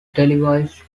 televised